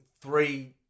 three